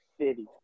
city